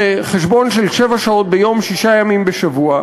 זה חשבון של שבע שעות ביום, שישה ימים בשבוע.